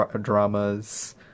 dramas